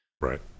Right